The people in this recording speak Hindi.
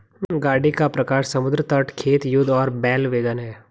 गाड़ी का प्रकार समुद्र तट, खेत, युद्ध और बैल वैगन है